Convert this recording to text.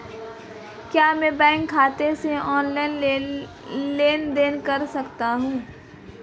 क्या मैं बैंक खाते से ऑनलाइन लेनदेन कर सकता हूं?